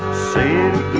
say